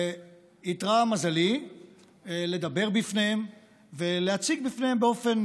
והתמזל מזלי לדבר לפניהם ולהציג לפניהם באופן,